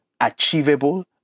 achievable